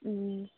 ꯎꯝ